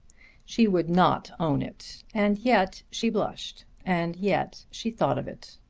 she would not own it, and yet she blushed, and yet she thought of it.